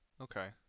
Okay